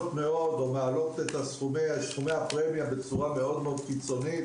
מאוד או מעלות את סכומי הפרמיה בצורה קיצונית מאוד.